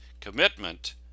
commitment